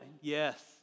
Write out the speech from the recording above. Yes